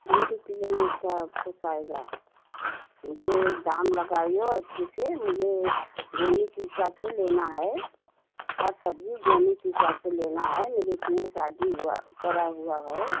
दो रूपये में क्या पोसाएगा मुझे दाम लगाओ अच्छे से मुझे गोली के हिसाब से लेना है हर सब्ज़ी गोली के हिसाब से लेना है मेरी इतना शादी हुआ पड़ा हुआ है